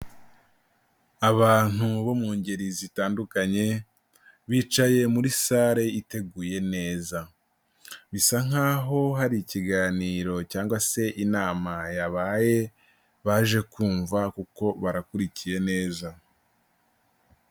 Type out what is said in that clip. Abantu bo mu ngeri zitandukanye bicaye muri sale iteguye neza. Bisa nk'aho hari ikiganiro cyangwa se inama yabaye baje kumva kuko barakurikiye neza.